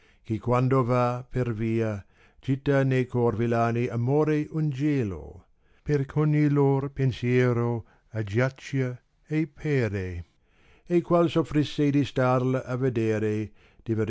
che quando va per via gitta ne cor villani amore un gelo perch ogni lor pensiero aggiaccia e pere qual soffrìsse di starla a vedere